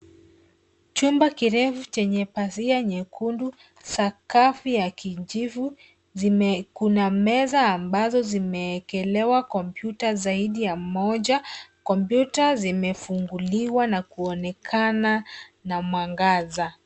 Chumba kirefu chenye pazia nyekundu, sakafu ya kijivu. Kuna meza ambazo zimewekelewa kompyuta zaidi ya moja. Kompyuta zimefunguliwa na kuonekana na mwangaza.